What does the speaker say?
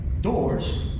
doors